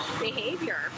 behavior